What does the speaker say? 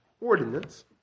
ordinance